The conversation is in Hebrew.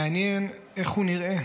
/ מעניין איך הוא נראה.